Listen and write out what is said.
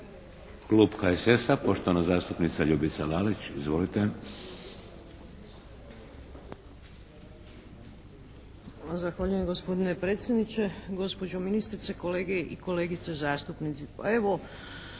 Klub HSS-a, poštovana zastupnika Ljubica Lalić. Izvolite.